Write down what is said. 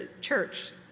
church